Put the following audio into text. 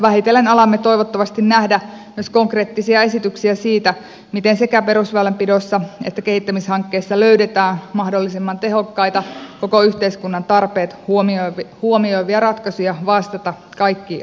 vähitellen alamme toivottavasti nähdä myös konkreettisia esityksiä siitä miten sekä perusväylänpidossa että kehittämishankkeissa löydetään mahdollisimman tehokkaita koko yhteiskunnan tarpeet huomioivia ratkaisuja vastata kaikkiin asiakastarpeisiin